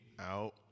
out